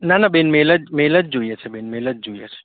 ના ના બેન મેલ જ મેલ જ જોઈએ છે બેન મેલ જ જોઈએ છે